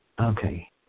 Okay